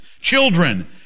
children